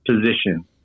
position